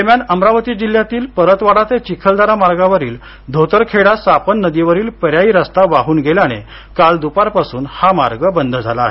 दरम्यान अमरावती जिल्ह्यातील परतवाडा ते चिखलदरा मार्गावरील धोतरखेडा सापन नदीवरील पर्यायी रस्ता वाहून गेल्याने काल दुपारपासून हा मार्ग बंद झाला आहे